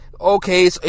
Okay